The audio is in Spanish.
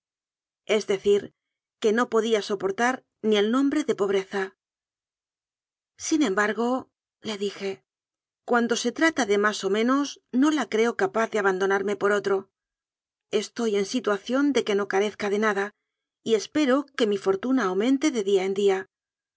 es decir que no podía soportar ni el nombre de pobreza sin embargole dije cuan do se trata de más o menos no la creo capaz de abandonarme por otro estoy en situación de que no carezca de nada y espero que mi foituna au mente de día en día